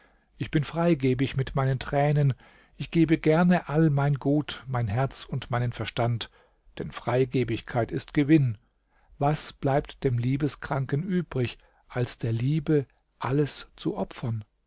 ich bin freigebig mit meinen tränen ich gebe gerne all mein gut mein herz und meinen verstand denn freigebigkeit ist gewinn was bleibt dem liebeskranken übrig als der liebe alles zu opfern